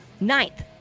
ninth